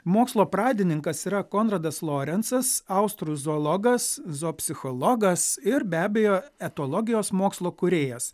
mokslo pradininkas yra konradas lorencas austrų zoologas zoopsichologas ir be abejo etologijos mokslo kūrėjas